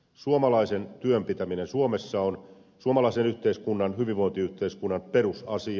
suomalaisen työn pitäminen suomessa on suomalaisen yhteiskunnan hyvinvointiyhteiskunnan perusasia